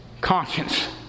Conscience